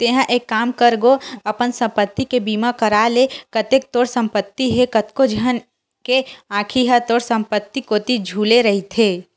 तेंहा एक काम कर गो अपन संपत्ति के बीमा करा ले अतेक तोर संपत्ति हे कतको झन के आंखी ह तोर संपत्ति कोती झुले रहिथे